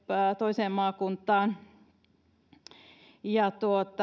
toiseen maakuntaan ja